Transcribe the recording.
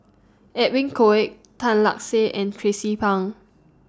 Edwin Koek Tan Lark Sye and Tracie Pang